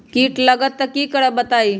कीट लगत त क करब बताई?